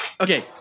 Okay